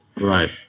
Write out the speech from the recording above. Right